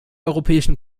europäischen